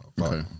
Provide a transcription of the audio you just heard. Okay